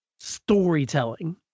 storytelling